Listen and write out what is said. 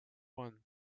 one